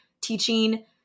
teaching